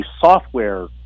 software